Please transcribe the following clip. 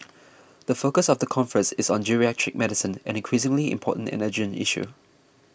the focus of the conference is on geriatric medicine an increasingly important and urgent issue